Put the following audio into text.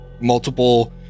multiple